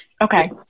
Okay